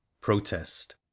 protest